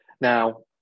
Now